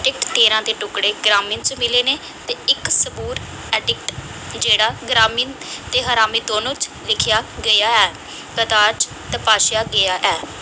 addict तेरां दे टुकड़े ग्रामीण च मिले न ते इक सबूर एडिक्ट जेह्ड़ा ग्रामीण ते अरामी दौनें च लिखेआ गेआ ऐ कंधार च तपाशेआ गेआ ऐ